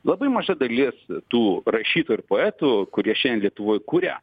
labai maža dalis tų rašytojų ir poetų kurie šiandien lietuvoje kuria